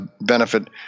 benefit